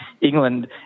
England